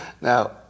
Now